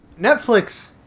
Netflix